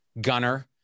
Gunner